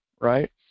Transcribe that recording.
right